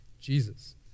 Jesus